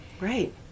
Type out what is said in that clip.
right